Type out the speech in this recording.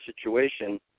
situation